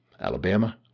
Alabama